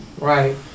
Right